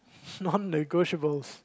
non negotiable